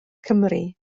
cymru